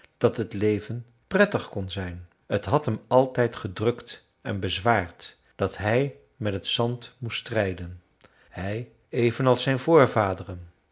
dat het leven prettig kon zijn t had hem altijd gedrukt en bezwaard dat hij met het zand moest strijden hij evenals zijn voorvaderen